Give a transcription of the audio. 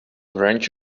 wrench